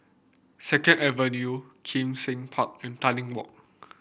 Second Avenue Kim Seng Park and Tanglin Walk